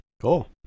Cool